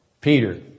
Peter